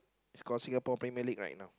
is call Singapore-Premier-League right now